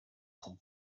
them